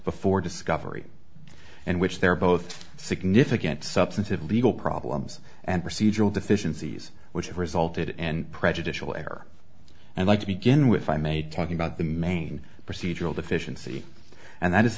before discovery and which they're both significant substantive legal problems and procedural deficiencies which have resulted and prejudicial error and like to begin with i made talking about the main procedural deficiency and that is